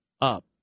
up